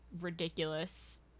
ridiculous